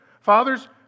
Fathers